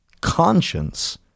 conscience